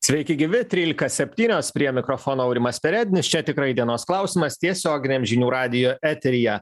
sveiki gyvi trylika septynios prie mikrofono aurimas perednis čia tikrai dienos klausimas tiesioginiam žinių radijo eteryje